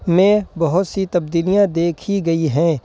میں بہت سی تبدیلیاں دیکھی گئی ہیں